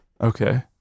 Okay